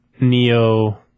Neo